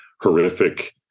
horrific